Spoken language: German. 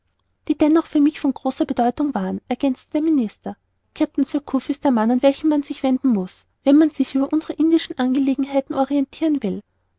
die jedoch für mich von großer bedeutung waren ergänzte der minister kapitän surcouf ist der mann an welchen man sich wenden muß wenn man sich über unsere indischen angelegenheiten orientiren will